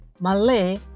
Malay